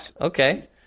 okay